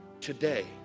today